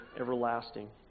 everlasting